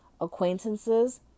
acquaintances